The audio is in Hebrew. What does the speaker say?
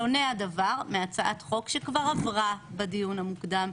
שונה הדבר מהצעת חוק שכבר עברה בדיון המוקדם,